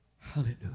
Hallelujah